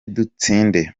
dutsinde